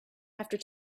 after